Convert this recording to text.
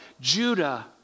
Judah